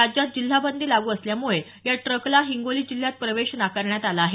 राज्यात जिल्हाबंदी लागू झाल्यामुळे या ट्रकला हिंगोली जिल्ह्यात प्रवेश नाकारण्यात आला आहे